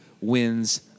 wins